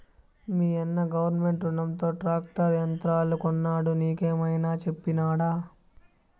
మీయన్న గవర్నమెంట్ రునంతో ట్రాక్టర్ యంత్రాలు కొన్నాడు నీకేమైనా చెప్పినాడా